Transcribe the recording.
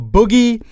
Boogie